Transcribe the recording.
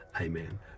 Amen